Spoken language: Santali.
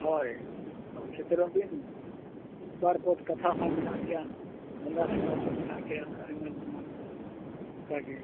ᱦᱳᱭ ᱦᱳᱭ ᱥᱮᱴᱮᱨᱚᱜ ᱵᱤᱱ ᱢᱤᱫ ᱵᱟᱨ ᱯᱚᱫᱽ ᱠᱟᱛᱷᱟ ᱦᱚᱸ ᱢᱮᱱᱟᱜ ᱜᱮᱭᱟ ᱵᱚᱸᱜᱟ ᱰᱟᱠᱟᱣ ᱠᱚ ᱦᱚᱸ ᱢᱮᱱᱟᱜ ᱜᱮᱭᱟ ᱮᱢᱟᱱ ᱛᱮᱢᱟᱱ ᱚᱱᱠᱟᱜᱮ